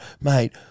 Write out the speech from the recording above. mate